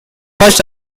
first